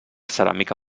ceràmica